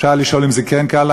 אפשר היה לשאול אם זה כן כהלכה,